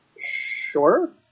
Sure